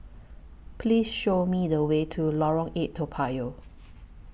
Please Show Me The Way to Lorong eight Toa Payoh